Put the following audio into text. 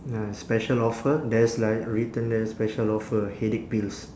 ya special offer there's like written there special offer headache pills